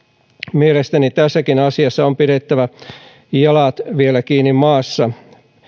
mielestäni tässäkin asiassa on pidettävä jalat vielä kiinni maassa